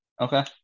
Okay